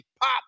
pop